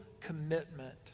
commitment